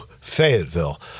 Fayetteville